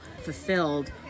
fulfilled